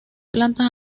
plantas